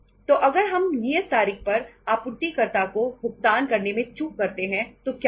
तो अगर हम नियत तारीख पर आपूर्तिकर्ता को भुगतान करने में चूक करते हैं तो क्या होगा